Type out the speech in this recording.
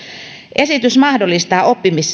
esitys mahdollistaa